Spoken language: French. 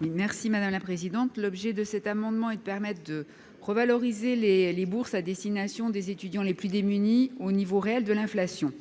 Mme Isabelle Briquet. L'objet de cet amendement est de permettre de revaloriser les bourses à destination des étudiants les plus démunis au niveau réel de l'inflation.